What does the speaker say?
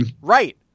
Right